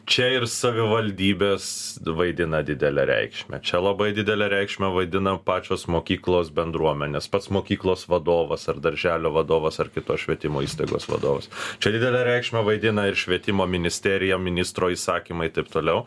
čia ir savivaldybės vaidina didelę reikšmę čia labai didelę reikšmę vaidina pačios mokyklos bendruomenės pats mokyklos vadovas ar darželio vadovas ar kitos švietimo įstaigos vadovas čia didelę reikšmę vaidina ir švietimo ministerija ministro įsakymai taip toliau